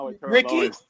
Ricky